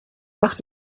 macht